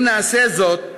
אם נעשה זאת,